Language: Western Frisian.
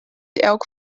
elk